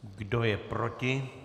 Kdo je proti?